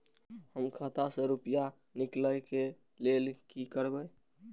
हम खाता से रुपया निकले के लेल की करबे?